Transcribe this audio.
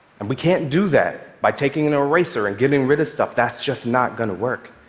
and we can't do that by taking an eraser and getting rid of stuff. that's just not going to work.